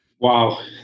Wow